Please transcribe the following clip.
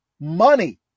money